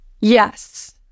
Yes